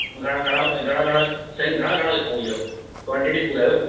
घणा घणा घणा घणा साईं घणा घणा लिखूं इहा क्वांटिटी बि ॿुधायो न